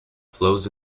flows